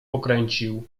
pokręcił